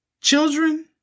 Children